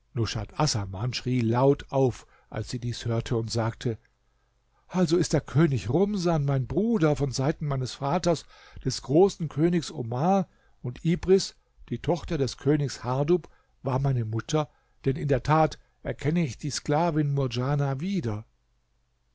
schrie laut auf als sie dies hörte und sagte also ist der könig rumsan mein bruder von seiten meines vaters des großen königs omar und ibris die tochter des königs hardub war meine mutter denn in der tat erkenne ich die sklavin murdjana wieder